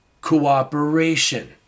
cooperation